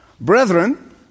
Brethren